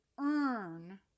earn